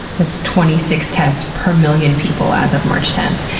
that's twenty six tests per million people as of march tenth.